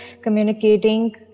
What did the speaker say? communicating